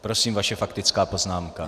Prosím, vaše faktická poznámka.